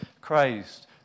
Christ